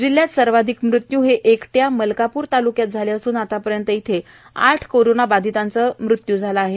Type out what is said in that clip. जिल्ह्यात सर्वाधिक मृत्यू हे एकट्या मलकापूर तालुक्यात झाले असून आतापर्यंत येथे आठ कोरोना बाधीतांचा मृत्यू झाला आहे